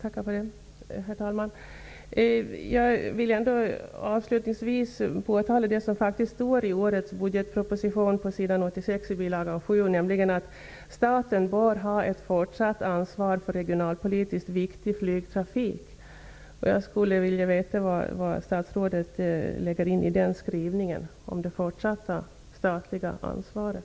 Herr talman! Jag tackar för det. Avslutningsvis vill jag påtala det som står i årets budgetproposition på s. 86 i bil. 7, nämligen att staten bör ha ett fortsatt ansvar för regionalpolitiskt viktig flygtrafik. Jag skulle vilja veta vad statsrådet lägger in i skrivningen om det fortsatta statliga ansvaret.